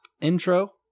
intro